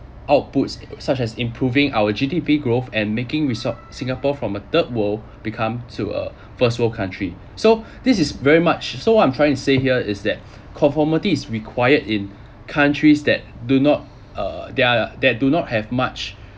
outputs such as improving our G_D_P growth and making resort~ singapore from a third world become to a first world country so this is very much so I'm trying to say here is that conformity is required in countries that do not uh that are that do not have much